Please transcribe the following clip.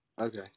Okay